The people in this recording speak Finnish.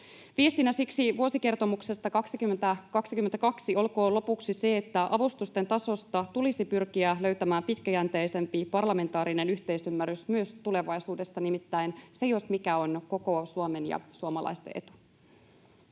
Viestinä siksi vuosikertomuksesta 2022 olkoon lopuksi se, että avustusten tasosta tulisi pyrkiä löytämään pitkäjänteisempi parlamentaarinen yhteisymmärrys myös tulevaisuudessa. Nimittäin se jos mikä on koko Suomen ja suomalaisten etu.